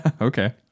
Okay